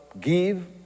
give